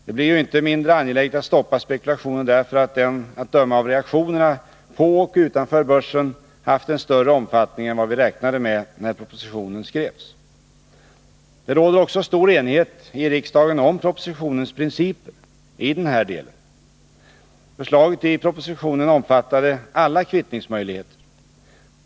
Det blir ju inte mindre angeläget att stoppa spekulationen, därför att den, att döma av reaktionerna på och utanför börsen, haft en större omfattning än vad vi räknade med när propositionen skrevs. Det råder också stor enighet i riksdagen om propositionens principer i den här delen. Förslaget i propositionen omfattade alla kvittningsmöjligheter.